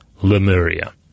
Lemuria